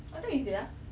what time is it ah